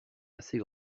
assez